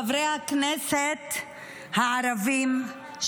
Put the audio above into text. חברי הכנסת הערבים,